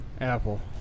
apple